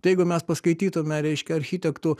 tai jeigu mes paskaitytume reiškia architektų